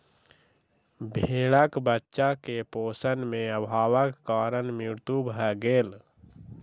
भेड़क बच्चा के पोषण में अभावक कारण मृत्यु भ गेल